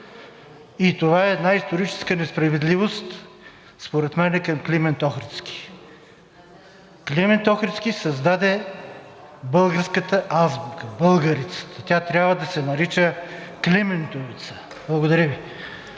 И това е една историческа несправедливост според мен към Климент Охридски. Климент Охридски създаде българската азбука – българицата. Тя трябва да се нарича климентица. Благодаря Ви.